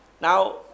now